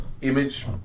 image